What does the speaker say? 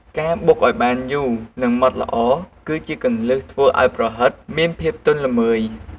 ការបុកឱ្យបានយូរ និងម៉ត់ល្អ គឺជាគន្លឹះធ្វើឱ្យប្រហិតមានភាពទន់ល្មើយ។